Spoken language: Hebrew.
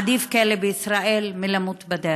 עדיף כלא בישראל מלמות בדרך.